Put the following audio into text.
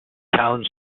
town